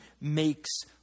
makes